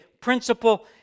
principle